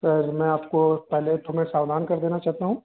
sir मैं आपको पहले तो मैं सावधान कर देना चहता हूँ